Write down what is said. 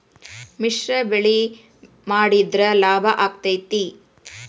ಮಿಶ್ರ ಬೆಳಿ ಮಾಡಿದ್ರ ಲಾಭ ಆಕ್ಕೆತಿ?